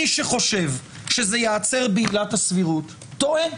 מי שחושב שזה ייעצר בעילת הסבירות טועה.